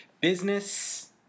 business